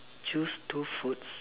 choose two foods